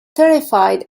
terrified